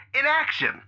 inaction